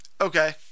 Okay